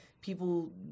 people